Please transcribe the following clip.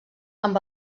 amb